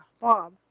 Bob